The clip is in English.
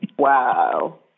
Wow